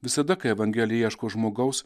visada kai evangelija ieško žmogaus